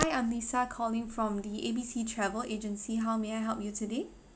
hi I'm lisa calling from the A B C travel agency how may I help you today